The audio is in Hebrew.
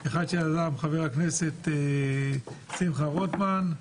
אחת שיזם חבר הכנסת שמחה רוטמן,